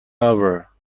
over